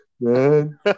man